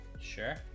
Sure